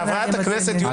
חבר הכנסת גלעד קריב,